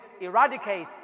eradicate